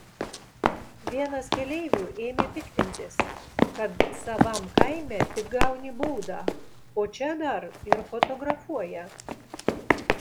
vienas keleivių ėmė piktintis kad savam kaime tik gauni baudą o čia dar ir fotografuoja